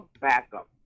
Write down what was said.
backup